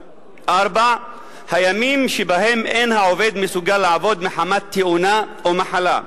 4. הימים שבהם אין העובד מסוגל לעבוד מחמת תאונה או מחלה,